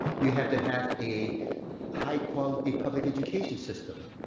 you have to have a high quality public education system.